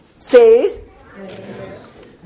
says